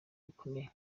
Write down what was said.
bikomeye